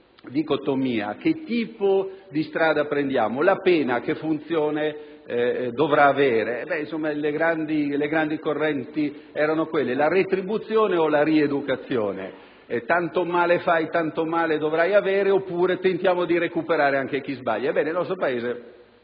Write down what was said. dicotomia: che tipo di strada intraprendere? Quale funzione dovrà avere la pena? Le grandi correnti erano la retribuzione o la rieducazione: tanto male fai, tanto male dovrai avere, oppure tentiamo di recuperare anche chi sbaglia. Ebbene, il nostro Paese